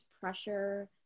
pressure